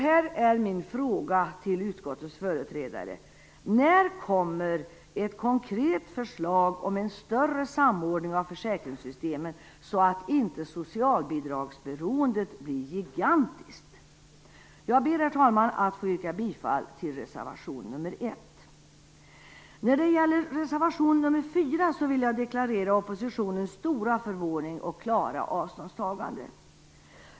Här är min fråga till utskottets företrädare: När kommer ett konkret förslag om en större samordning av försäkringssystemen så att inte socialbidragsberoendet blir gigantiskt? Jag ber, herr talman, att få yrka bifall till reservation nr 1. När det gäller reservation nr 4, vill jag deklarera oppositionens stora förvåning och klara avståndstagande.